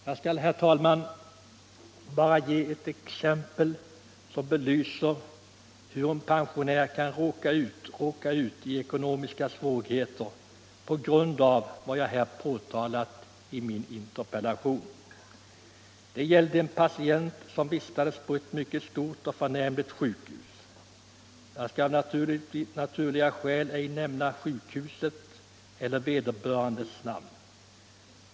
Jag skall, herr talman, ge bara ett exempel som belyser hur en pensionär kan råka i ekonomiska svårigheter på grund av de bestämmelser som jag har påtalat i min interpellation. Det gällde en patient som vistades på ett mycket stort och förnämligt sjukhus. Jag skall av naturliga skäl 187 ej nämna sjukhusets eller vederbörandes namn.